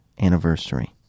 anniversary